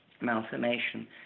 malformation